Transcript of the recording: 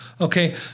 Okay